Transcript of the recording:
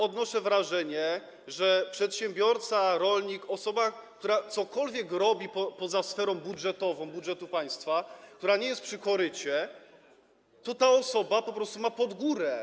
Odnoszę wrażenie, że przedsiębiorca, rolnik, osoba, która cokolwiek robi poza sferą budżetową, budżetu państwa, która nie jest przy korycie, po prostu ma pod górę.